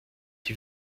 die